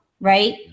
right